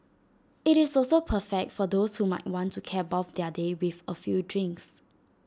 IT is also perfect for those who might want to cap off their day with A few drinks